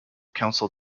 council